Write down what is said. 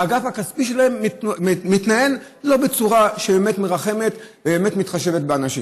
האגף הכספי שלהם מתנהל לא בצורה שבאמת מרחמת ובאמת מתחשבת באנשים.